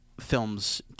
films